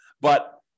But-